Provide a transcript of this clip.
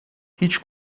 هیچ